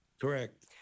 Correct